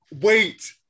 Wait